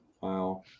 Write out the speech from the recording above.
Wow